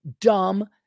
dumb